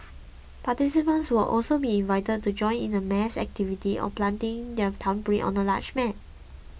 participants will also be invited to join in a mass activity of planting their thumbprint on a large map